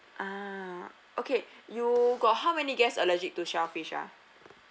ah okay you got how many guests allergic to shellfish ah